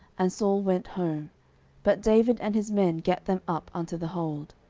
and saul went home but david and his men gat them up unto the hold.